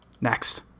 Next